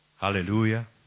Hallelujah